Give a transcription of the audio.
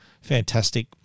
Fantastic